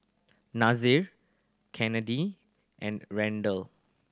Nasir and Randel